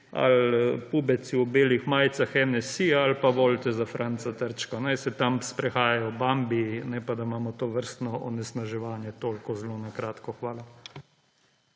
ali pubeci v belih majicah NSi, ali pa volite za Franca Trčka. Naj se tam sprehajajo bambiji, ne pa da imamo tovrstno onesnaževanje. Toliko zelo na kratko. Hvala.